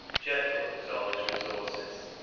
jethro put all his resources.